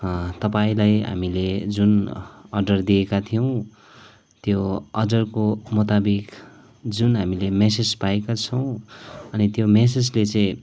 तपाईँलाई हामीले जुन अर्डर दिएका थियौँ त्यो अर्डरको मुताबिक जुन हामीले मेसेज पाएका छौँ अनि त्यो मेसेजले चाहिँ